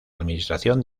administración